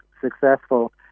successful